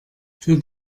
für